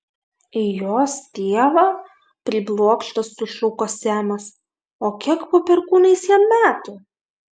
j jos tėvą priblokštas sušuko semas o kiek po perkūnais jam metų